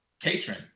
Patron